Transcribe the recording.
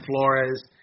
Flores